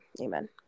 Amen